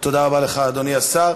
תודה רבה לך, אדוני השר.